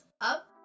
up